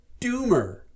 Doomer